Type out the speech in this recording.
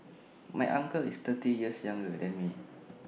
my uncle is thirty years younger than me